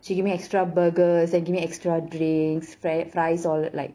she give me extra burgers and give extra drinks fren~ fries all like